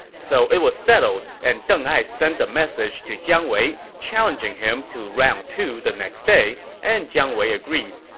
so it was settled, and deng ai sent a message to jiang wei, challenging him to round two the next day, and jiang wei agreed.